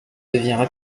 devient